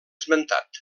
esmentat